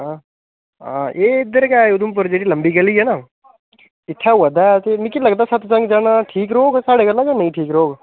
आं एह् इद्धर के उधमपुर जेह्ड़ी लम्बी गली ऐ न इत्थै होआ दा ऐ मिकी लगदा सत्संग जाना ठीक रौह्ग साढ़े कन्नै जां नेईं ठीक रौह्ग